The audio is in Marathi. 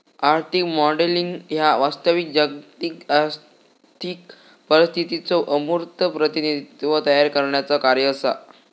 आर्थिक मॉडेलिंग ह्या वास्तविक जागतिक आर्थिक परिस्थितीचो अमूर्त प्रतिनिधित्व तयार करण्याचा कार्य असा